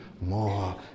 more